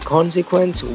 Consequence